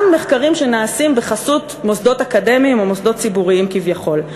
גם מחקרים שנעשים בחסות מוסדות אקדמיים או מוסדות ציבוריים כביכול.